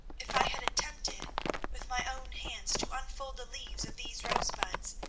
if i had attempted with my own hands to unfold the leaves of these rosebuds,